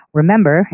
remember